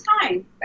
time